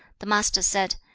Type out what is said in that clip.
the master said,